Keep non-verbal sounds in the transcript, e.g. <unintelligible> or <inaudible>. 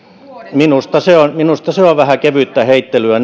minusta se on vähän kevyttä heittelyä <unintelligible>